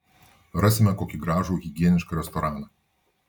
rasime kokį gražų higienišką restoraną